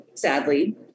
sadly